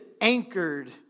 anchored